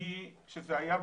אני אומרת,